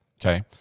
Okay